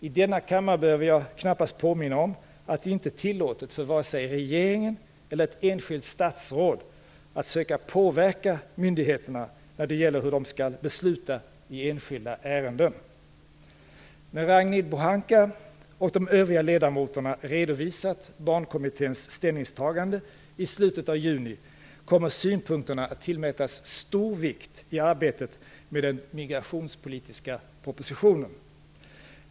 I denna kammare behöver jag knappast påminna om att det inte är tillåtet för vare sig regeringen eller ett enskilt statsråd att söka påverka myndigheterna när det gäller hur de skall besluta i enskilda ärenden. När Ragnhild Pohanka och de övriga ledamöterna redovisat Barnkommitténs ställningstaganden i slutet av juni kommer dessa synpunkter att tillmätas stor vikt i arbetet med den migrationspolitiska propositionen.